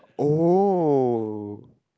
oh